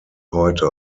heute